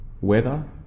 Weather